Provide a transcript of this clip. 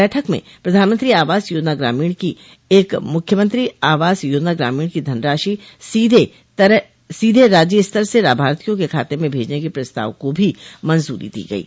बैठक में प्रधानमंत्री आवास योजना ग्रामीण की तरह मुख्यमंत्री आवास योजना ग्रामीण की धनराशि सीधे राज्य स्तर से लाभार्थियों के खाते में भेजने के प्रस्ताव को भी मंजूरी दी गयी